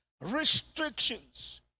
restrictions